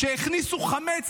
על שהכניסו חמץ,